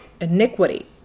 iniquity